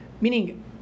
meaning